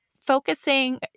focusing